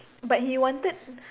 but he wanted